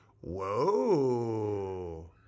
Whoa